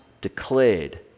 declared